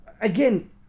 Again